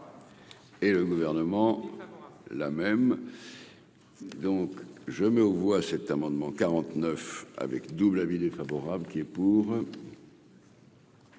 et le gouvernement là même donc. Je me vois cet amendement 49 avec double avis défavorable qui est pour.